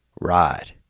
ride